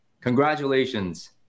Congratulations